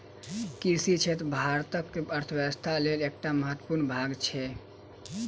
कृषि क्षेत्र भारतक अर्थव्यवस्थाक लेल एकटा महत्वपूर्ण भाग छै